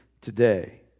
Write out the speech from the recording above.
today